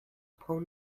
phone